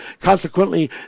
Consequently